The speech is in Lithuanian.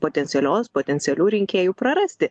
potencialios potencialių rinkėjų prarasti